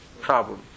problem